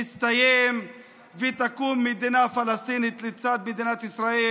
יסתיים ותקום מדינה פלסטינית לצד מדינת ישראל,